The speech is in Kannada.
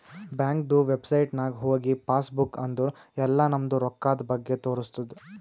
ಬ್ಯಾಂಕ್ದು ವೆಬ್ಸೈಟ್ ನಾಗ್ ಹೋಗಿ ಪಾಸ್ ಬುಕ್ ಅಂದುರ್ ಎಲ್ಲಾ ನಮ್ದು ರೊಕ್ಕಾದ್ ಬಗ್ಗೆ ತೋರಸ್ತುದ್